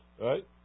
Right